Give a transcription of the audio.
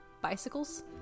Bicycles